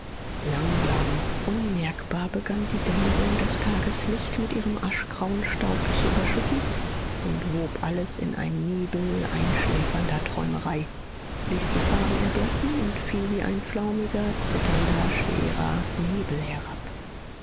langsam unmerkbar begann die dämmerung das tageslicht mit ihrem aschgrauen staub zu überschütten und wob alles in einen nebel einschläfernder träumerei ließ die farben erblassen und fiel wie ein flaumiger zitternder schwerer nebel herab